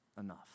enough